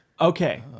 Okay